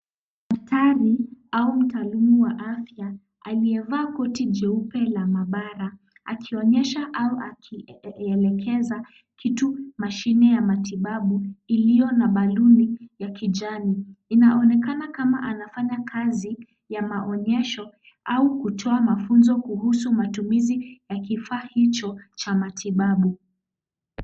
Daktari au mtaaluma wa afya aliyevaa koti jeupe la maabara akionyesha au akielekeza mashine ya matibabu iliyo na baluni ya kijani. Inaonekana kama anafanya kazi ya maonyesho au kutoa mafunzo kuhusu matumizi ya kifaa hicho cha matibabu.